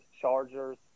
Chargers